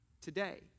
today